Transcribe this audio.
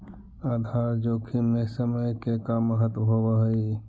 आधार जोखिम में समय के का महत्व होवऽ हई?